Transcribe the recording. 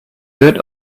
good